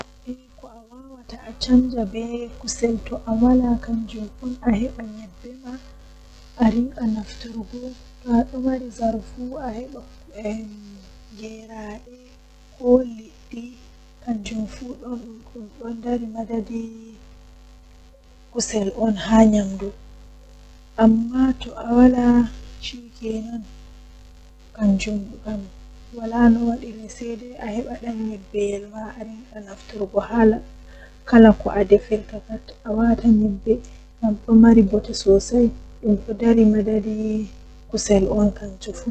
Eh huutu jei mi buri yiduki kanjum woni eh julde sumai ko wadi bo himbe habdi be weelo haa nder sumai nyende mai be wiyan koomoi siwti yaha nyama ko yidi kanjum do don wela mi masin.